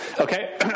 okay